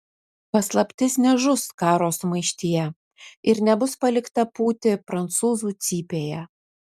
paslaptis nežus karo sumaištyje ir nebus palikta pūti prancūzų cypėje